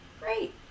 great